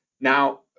now